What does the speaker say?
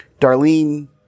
Darlene